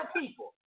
people